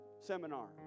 seminar